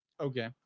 Okay